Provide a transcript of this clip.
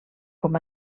com